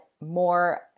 more